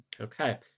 Okay